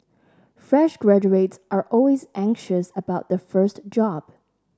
fresh graduates are always anxious about their first job